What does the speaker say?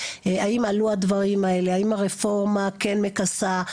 האם עלו הדברים האלה האם הרפורמה כן מכסה.